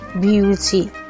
beauty